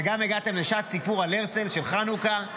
וגם הגעתם לשעת סיפור של הרצל על חנוכה,